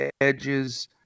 edges